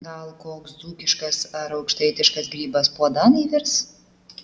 gal koks dzūkiškas ar aukštaitiškas grybas puodan įvirs